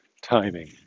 Timing